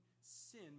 sin